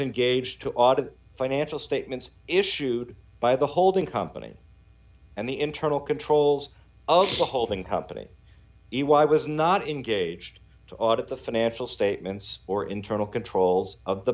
engaged to audit financial statements issued by the holding company and the internal controls of the holding company e y was not engaged to audit the financial statements or internal controls of the